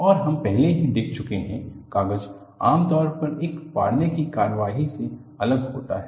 और हम पहले ही देख चुके हैं कागज आमतौर पर एक फाड़ने की कार्रवाई से अलग होता है